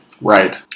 right